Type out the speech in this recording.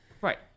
Right